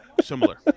similar